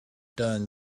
done